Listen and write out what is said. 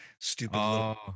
stupid